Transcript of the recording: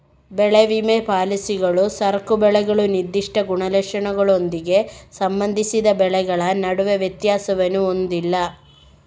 ಬೆಳೆ ವಿಮಾ ಪಾಲಿಸಿಗಳು ಸರಕು ಬೆಳೆಗಳು ನಿರ್ದಿಷ್ಟ ಗುಣಲಕ್ಷಣಗಳೊಂದಿಗೆ ಸಂಬಂಧಿಸಿದ ಬೆಳೆಗಳ ನಡುವೆ ವ್ಯತ್ಯಾಸವನ್ನು ಹೊಂದಿಲ್ಲ